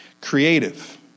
Creative